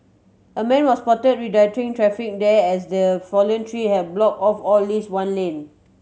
a man was spot redirecting traffic there as the fallen tree have block off or least one lane